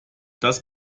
das